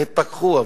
התפכחו,